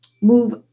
move